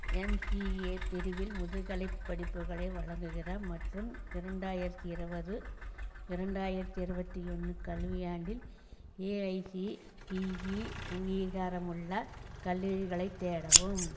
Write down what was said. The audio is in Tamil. எம்சிஏ பிரிவில் முதுகலைப்படிப்புகளை வழங்குகிற மற்றும் இரண்டாயிரத்தி இருபது இரண்டாயிரத்தி இருபத்தி ஒன்று கல்வியாண்டில் ஏஐசிடிஇ அங்கீகாரமுள்ள கல்லூரிகளைத் தேடவும்